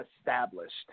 established